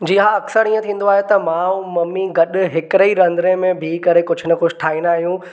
जी हा अक्सरु हीअं थींदो आहे त मां ऐं ममी गॾु हिकिड़े ई रंधिड़े में बि करे कुझु न कुझु ठाहींदा आहियूं